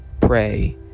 pray